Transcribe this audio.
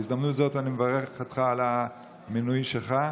ובהזדמנות זו אני מברך אותך על המינוי שלך: